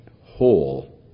Whole